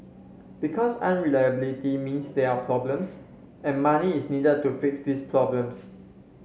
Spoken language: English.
because unreliability means there are problems and money is needed to fix these problems